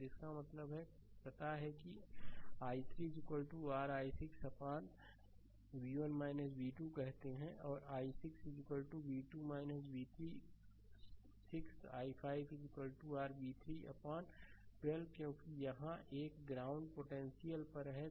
इसका मतलब है पता है कि i3 r i6 अपान v1 v2 कहते हैं और i6 v2 v3 6 i5 r v3 अपान 12 क्योंकि यहां यह ग्राउंड पोटेंशियल पर है